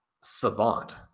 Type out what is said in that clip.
savant